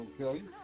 Okay